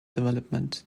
development